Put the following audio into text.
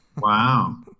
Wow